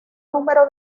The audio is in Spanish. número